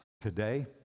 Today